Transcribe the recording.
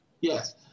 Yes